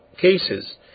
cases